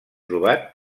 trobat